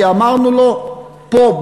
כי אמרנו לו: פה,